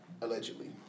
allegedly